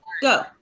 Go